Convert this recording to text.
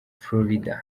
florida